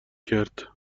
کرد